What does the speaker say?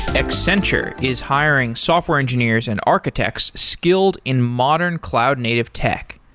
accenture is hiring software engineers and architects skilled in modern cloud native tech.